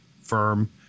firm